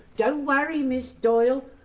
don't worry, ms doyle.